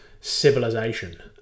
civilization